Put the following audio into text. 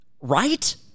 right